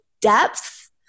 depth